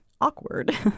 awkward